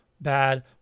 bad